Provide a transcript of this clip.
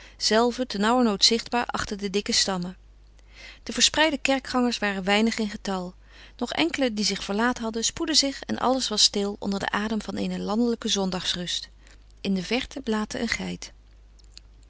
zelven ternauwernood zichtbaar achter de dikke stammen de verspreide kerkgangers waren weinig in getal nog enkelen die zich verlaat hadden spoedden zich en alles was stil onder den adem van eene landelijke zondagsrust in de verte blaatte een geit